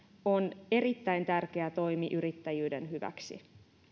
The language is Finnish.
on erittäin tärkeä toimi yrittäjyyden hyväksi